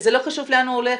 זה לא חשוב לאן הוא הולך,